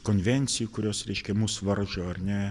konvencijų kurios reiškia mus varžo ar ne